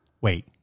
wait